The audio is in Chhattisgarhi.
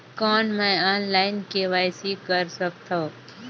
कौन मैं ऑनलाइन के.वाई.सी कर सकथव?